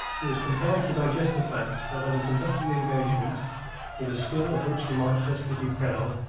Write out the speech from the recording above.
he was compelled to digest the fact that having conducted the engagement with a skill of which he might justly be proud,